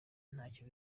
ntacyo